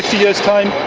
years time,